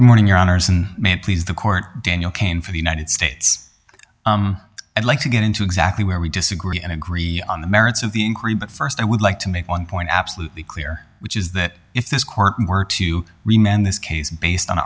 morning your honors in man please the court daniel kane for the united states i'd like to get into exactly where we disagree and agree on the merits of the increase but st i would like to make one point absolutely clear which is that if this court were to remand this case based on